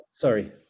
Sorry